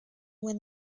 win